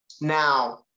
Now